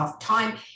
time